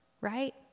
right